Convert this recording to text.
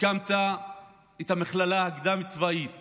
הקמת את המכללה הקדם-צבאית